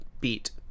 beat